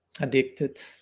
addicted